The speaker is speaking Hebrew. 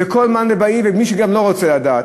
לכל מאן דבעי וגם למי שלא רוצה לדעת,